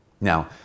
Now